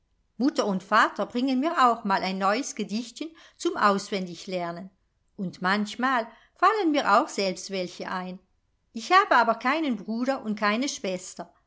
mutter und vater bringen mir auch mal ein neues gedichtchen zum auswendiglernen und manchmal fallen mir auch selbst welche ein ich habe aber keinen bruder und keine schwester